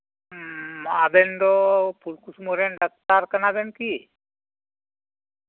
ᱩᱸ ᱟᱵᱮᱱ ᱫᱚ ᱯᱷᱩᱞᱠᱩᱥᱢᱟᱹᱨᱮᱱ ᱰᱟᱠᱛᱟᱨ ᱠᱟᱱᱟ ᱵᱮᱱ ᱠᱤ